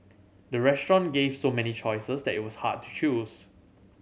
the restaurant gave so many choices that it was hard to choose